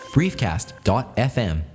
briefcast.fm